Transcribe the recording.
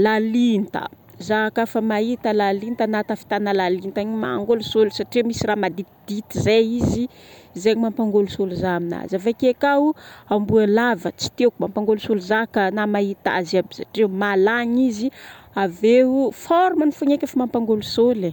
lalinta. Za ka fa mahita lalinta na tafitana lalinta igny, mangôlisôly satria misy raha maditidity zay izy, zegny mampangôlisôly zaha aminazy. Avake ka o, amboa lava tsy tieko. Mampangôlisôly zaha ka na mahita azy aby satria, malagny izy aveo forme ny fogna eky efa mampangôlisôly e.